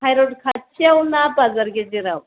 हायरद खाथिआव ना बाजार गेजेराव